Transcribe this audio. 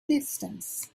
distance